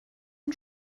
und